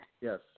Yes